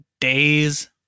days